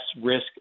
risk